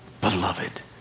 beloved